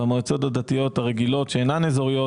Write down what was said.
במועצות הדתיות הרגילות שאינן אזוריות-